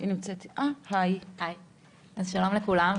שלום לכולם.